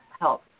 help